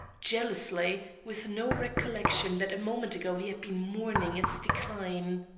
jealously, with no recollection that a moment ago he had been mourning its decline.